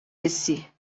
esse